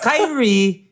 Kyrie